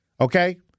Okay